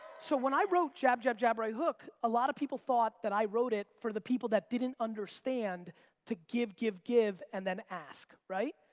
so when i wrote jab, jab, jab, right hook, a lot of people thought that i wrote it for the people that didn't understand to give, give, give and then ask, right?